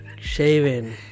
shaving